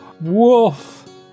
Wolf